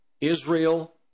Israel